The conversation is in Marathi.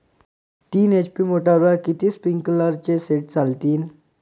तीन एच.पी मोटरवर किती स्प्रिंकलरचे सेट चालतीन?